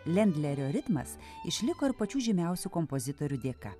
lendlerio ritmas išliko ir pačių žymiausių kompozitorių dėka